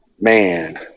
man